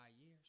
years